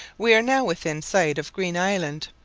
we are now within sight of green island.